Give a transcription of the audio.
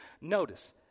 Notice